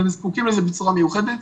והם זקוקים לזה בצורה מיוחדת.